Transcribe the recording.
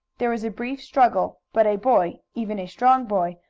there was a brief struggle, but a boy, even a strong boy,